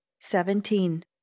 seventeen